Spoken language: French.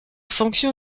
fonction